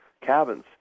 cabins